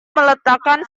meletakkan